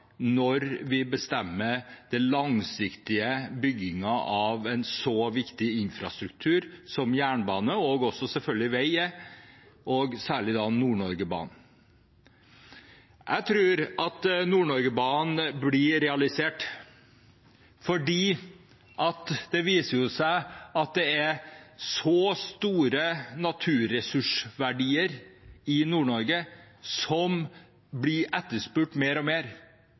når vi bestemmer den langsiktige byggingen av en så viktig infrastruktur som det jernbane er – og selvfølgelig også vei – og særlig Nord-Norge-banen. Jeg tror at Nord-Norge-banen blir realisert, for det viser seg at det er så store naturressursverdier i Nord-Norge som blir etterspurt mer og mer.